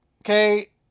Okay